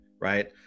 right